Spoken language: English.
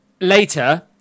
Later